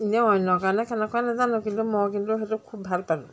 ইনেও অন্যৰ কাৰণে কেনেকুৱা নাজানো কিন্তু মোৰ কিন্তু সেইটো খুব ভাল পালোঁ